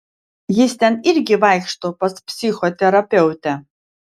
jis ten irgi vaikšto pas psichoterapeutę